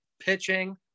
pitching